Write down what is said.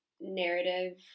narrative